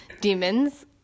demons